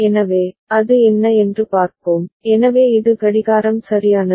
எனவே அது என்ன என்று பார்ப்போம் எனவே இது கடிகாரம் சரியானது